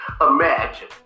imagine